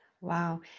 Wow